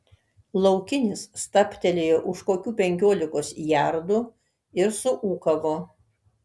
laukinis stabtelėjo už kokių penkiolikos jardų ir suūkavo